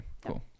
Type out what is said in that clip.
cool